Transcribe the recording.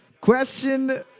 Question